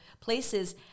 places